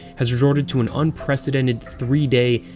has resorted to an unprecedented, three-day,